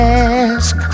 ask